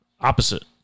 Opposite